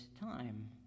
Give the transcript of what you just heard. time